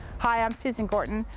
hi, i'm susan gorton,